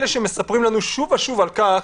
אלה שמספרים לנו שוב ושוב על כך